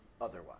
otherwise